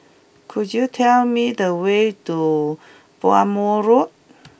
could you tell me the way to Bhamo Road